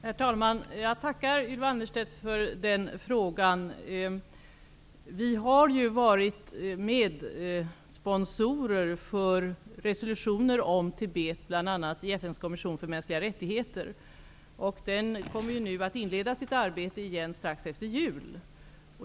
Herr talman! Jag tackar Ylva Annerstedt för den frågan. Vi har varit medsponsorer för resolutioner om Tibet, bl.a. i FN:s kommission för mänskliga rättigheter. Den kommer att inleda sitt arbete igen strax efter jul.